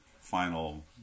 final